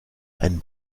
einen